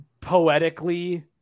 poetically